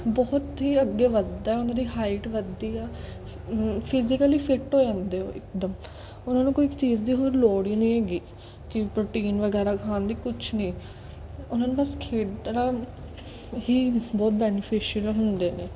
ਬਹੁਤ ਹੀ ਅੱਗੇ ਵੱਧਦਾ ਉਨ੍ਹਾਂ ਦੀ ਹਾਈਟ ਵਧਦੀ ਆ ਫਿਜ਼ੀਕਲੀ ਫਿੱਟ ਹੋ ਜਾਂਦੇ ਉਹ ਇੱਕ ਦਮ ਔਰ ਉਨ੍ਹਾਂ ਨੂੰ ਕੋਈ ਚੀਜ਼ ਦੀ ਹੋਰ ਲੋੜ ਹੀ ਨਹੀਂ ਹੈਗੀ ਕਿ ਪ੍ਰੋਟੀਨ ਵਗੈਰਾ ਖਾਣ ਦੀ ਕੁਛ ਨਹੀਂ ਉਨ੍ਹਾਂ ਨੂੰ ਬਸ ਖੇਡਣਾ ਹੀ ਬਹੁਤ ਬੇਨੀਫਿਸ਼ਿਅਲ ਹੁੰਦੇ ਨੇ